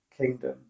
kingdom